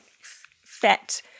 fat